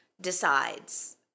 decides